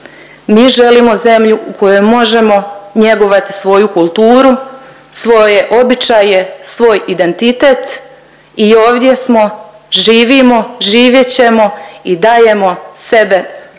Mi želimo zemlju u kojoj možemo njegovati svoju kulturu, svoje običaje, svoj identitet i ovdje smo, živimo, živjet ćemo i dalje sebe za